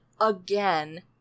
again